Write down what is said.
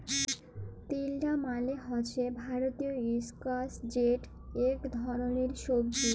তিলডা মালে হছে ভারতীয় ইস্কয়াশ যেট ইক ধরলের সবজি